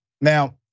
Now